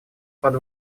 под